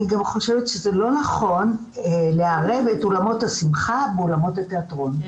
אני גם חושבת שזה לא נכון לערב את אולמות השמחה באולמות התיאטרון,